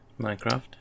Minecraft